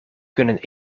kunnen